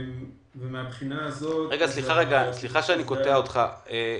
סליחה שאני קוטע אותך,